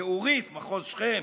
בעוריף, מחוז שכם,